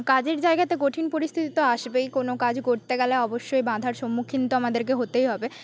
কাজের জায়গাতে কঠিন পরিস্থিতি তো আসবেই কোনো কাজ করতে গেলে অবশ্যই বাঁধার সম্মুখীন তো আমাদেরকে হতেই হবে